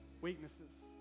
Weaknesses